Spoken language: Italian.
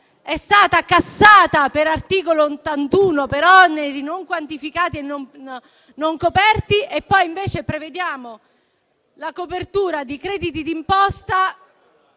è stata cassata *ex* articolo 81 per oneri non quantificati e non coperti e poi prevediamo la copertura di crediti d'imposta